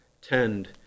tend